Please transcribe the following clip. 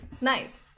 Nice